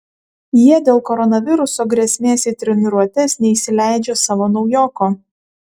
jie dėl koronaviruso grėsmės į treniruotes neįsileidžia savo naujoko